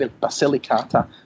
Basilicata